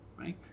right